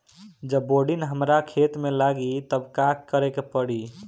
जब बोडिन हमारा खेत मे लागी तब का करे परी?